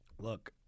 Look